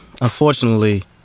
unfortunately